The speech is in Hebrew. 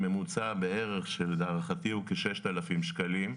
בממוצע בערך שלהערכתי הוא כ-6,000 שקלים.